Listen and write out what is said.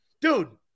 dude